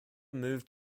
moved